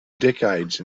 decades